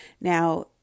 Now